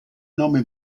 nome